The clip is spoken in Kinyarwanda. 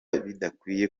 bidakwiye